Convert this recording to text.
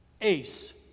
ace